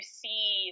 see